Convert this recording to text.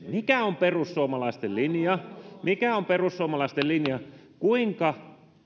mikä on perussuomalaisten linja mikä on perussuomalaisten linja kuinka